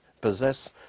possess